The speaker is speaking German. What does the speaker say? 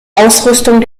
ausrüstung